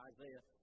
Isaiah